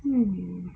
mm